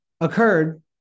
occurred